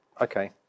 okay